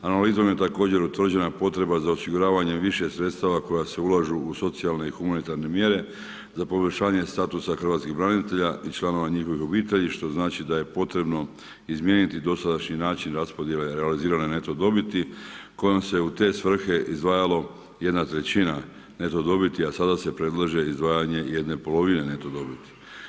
Analizom je također utvrđena potreba za osiguravanjem više sredstava koja se ulažu u socijalne i humanitarne mjere za poboljšanje statusa hrvatskih branitelja i članova njihovih obitelji što znači da je potrebno izmijeniti dosadašnji način raspodjele realizirane neto dobiti kojom se u te svrhe izdvajalo jedna trećina neto dobiti a sada se predlaže izdvajanje jedne polovine neto dobiti.